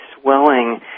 swelling